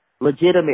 legitimate